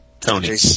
Tony